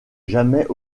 jamais